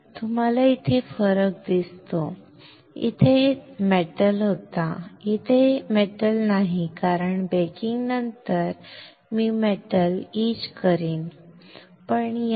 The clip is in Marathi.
तुम्हाला इथे फरक दिसतो इथे धातू इथे होता इथे हा धातू नाही कारण बेकिंगनंतर मी मेटल इच करीन ठीक आहे